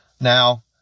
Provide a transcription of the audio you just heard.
Now